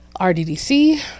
RDDC